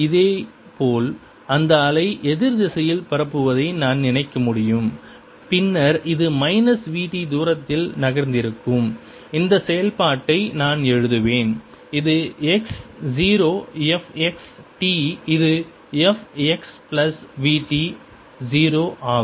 இதேபோல் இந்த அலை எதிர் திசையில் பரப்புவதை நான் நினைக்க முடியும் பின்னர் இது மைனஸ் v t தூரத்தால் நகர்ந்திருக்கும் இந்த செயல்பாட்டை நான் எழுதுவேன் இது x 0 f x t இது f x plus v t 0 ஆகும்